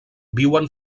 viuen